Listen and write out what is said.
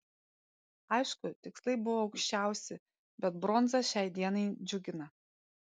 aišku tikslai buvo aukščiausi bet bronza šiai dienai džiugina